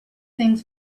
things